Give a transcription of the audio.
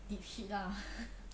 deep shit lah